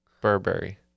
Burberry